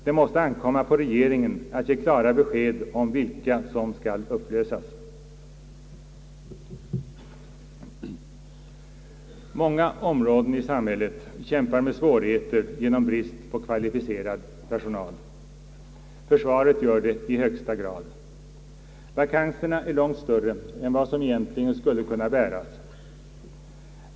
Det måste ankomma på regeringen att ge klara besked om vilka som skall upplösas. Många områden i samhället kämpar med svårigheter genom brist på kvalificerad personal. Försvaret gör det i högsta grad. Vakanserna är långt större än vad som egentligen skulle kunna bäras.